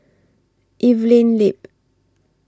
Evelyn Lip